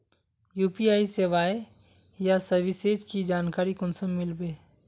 UPI सेवाएँ या services की जानकारी कुंसम मिलबे?